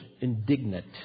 indignant